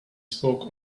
spoke